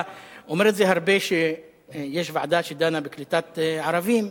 אתה אומר את זה הרבה, שיש ועדה שדנה בקליטת ערבים.